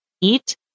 eat